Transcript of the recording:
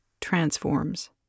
transforms